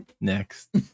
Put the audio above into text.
Next